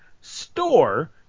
store